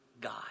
God